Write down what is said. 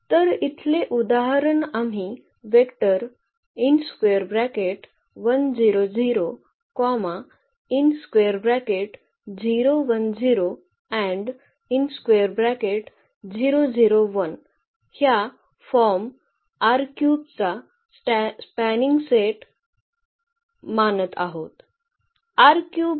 तर इथले उदाहरण आम्ही वेक्टर ह्या फॉर्म चा स्पॅनिंग सेट मानत आहोत